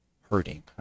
hurting